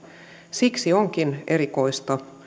siksi onkin erikoista